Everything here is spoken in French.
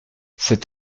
cet